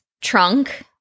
trunk